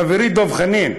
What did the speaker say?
חברי דב חנין,